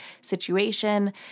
situation